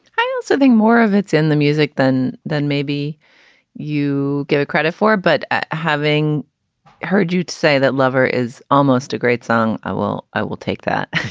i also think more of it's in the music than than maybe you give it credit for, but ah having heard you say that lover is almost a great song. i will. i will take that